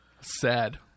Sad